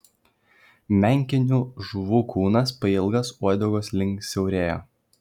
menkinių žuvų kūnas pailgas uodegos link siaurėja